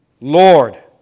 Lord